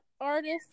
artist